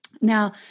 Now